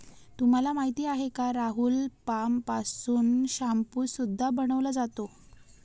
तुला माहिती आहे का राहुल? पाम पासून शाम्पू सुद्धा बनवला जातो